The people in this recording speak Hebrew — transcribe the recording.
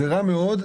זה רע מאוד,